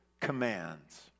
commands